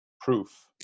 proof